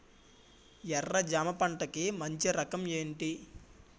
ఎర్ర జమ పంట కి మంచి రకం ఏంటి?